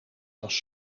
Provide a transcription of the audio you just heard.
was